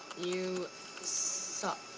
you suck